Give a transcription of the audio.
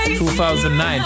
2009